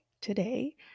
today